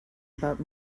about